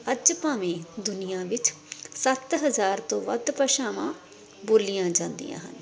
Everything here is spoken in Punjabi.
ਅੱਜ ਭਾਵੇ ਦੁਨੀਆਂ ਵਿੱਚ ਸੱਤ ਹਜ਼ਾਰ ਤੋਂ ਵੱਧ ਭਾਸ਼ਾਵਾਂ ਬੋਲੀਆਂ ਜਾਂਦੀਆਂ ਹਨ